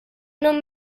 non